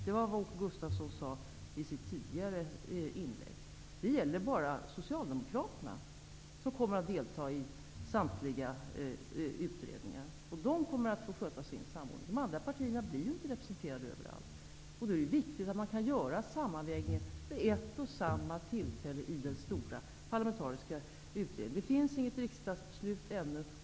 Det var vad Åke Gustavsson sade i sitt tidigare inlägg. Det gäller bara Socialdemokraterna, som kommer att delta i samtliga utredningar. De kommer att få sköta sin samordning. De andra partierna blir inte representerade överallt. Då är det viktigt att man kan göra sammanvägningar vid ett och samma tillfälle i den stora parlamentariska utredningen. Det finns ännu inget riksdagsbeslut.